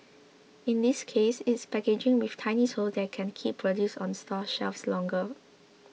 in this case it's packaging with tiny holes that can keep produce on store shelves longer